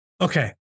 Okay